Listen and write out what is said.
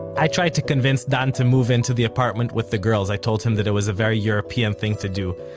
i tried to convince dan to move-in to the apartment with the girls, i told him that it was a very european thing to do.